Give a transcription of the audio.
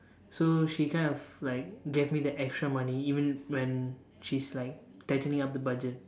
so she kind of like gave me the extra money even when she's like tightening up the budget